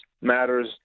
matters